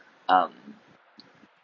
um